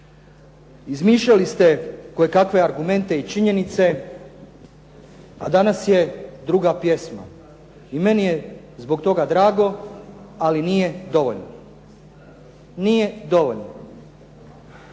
izmišljali ste kojekakve argumente i činjenice, danas je druga pjesma i meni je zbog toga drago ali nije dovoljno. Danas